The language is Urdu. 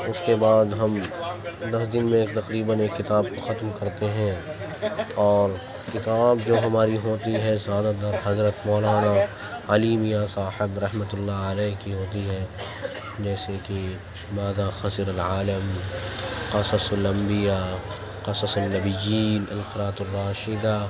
اس کے بعد ہم دس دن میں تقریباً ایک کتاب ختم کرتے ہیں اور کتاب جو ہماری ہوتی ہے زیادہ تر حضرت مولانا علی میاں صاحب رحمتہ اللہ علیہ کی ہوتی ہے جیسے کہ ماذا خسر العالم قصص الانبیاء قصص النبیین القراۃ الراشدہ